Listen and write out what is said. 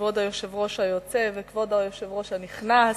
כבוד היושב-ראש היוצא וכבוד היושב-ראש הנכנס,